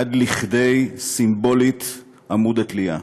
עד לכדי, סימבולית, עמוד התלייה.